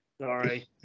Sorry